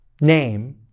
name